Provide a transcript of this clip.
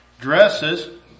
dresses